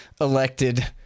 elected